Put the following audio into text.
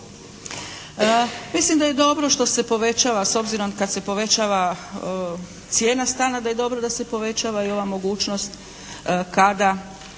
Mislim da je dobro što se povećava s obzirom kad se povećava cijena stana da je dobro da se povećava i ova mogućnost kada,